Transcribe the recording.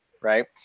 right